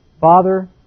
Father